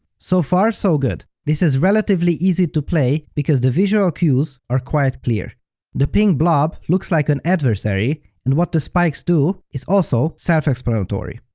so far, so good, this is relatively easy to play because the visual cues are quite clear the pink blob looks like an adversary, and what the spikes do is also self-explanatory.